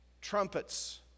trumpets